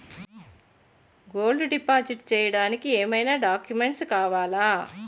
Gold deposit చేయడానికి ఏమైనా documents కావాలా?